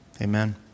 amen